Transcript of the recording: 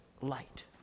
light